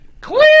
clear